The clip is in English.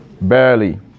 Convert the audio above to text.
Barely